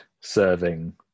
serving